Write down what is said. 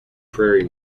prairie